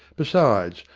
besides,